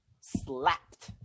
Slapped